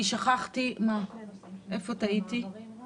סוגיית הלינה של העובדים הפלסטיניים.